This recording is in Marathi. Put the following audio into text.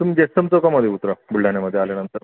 तुम्ही जयस्तंभ चौकामध्ये उतरा बुलढाण्यामध्ये आल्यानंतर